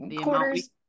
Quarters